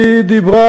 היא דיברה,